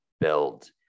build